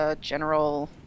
general